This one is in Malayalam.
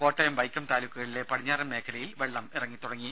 കോട്ടയം വൈക്കം താലൂക്കുകളിലെ പടിഞ്ഞാറൻ മേഖലയിൽ വെള്ളം ഇറങ്ങിത്തുടങ്ങി